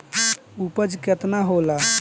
उपज केतना होला?